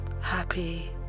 happy